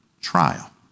trial